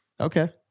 Okay